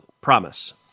promise